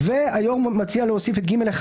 והיושב-ראש מציע להוסיף את (ג1).